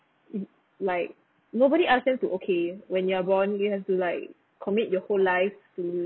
um like nobody ask them to okay when you're born you have to like commit your whole life to